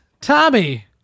Tommy